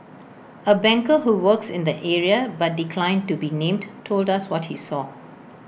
A banker who works in the area but declined to be named told us what he saw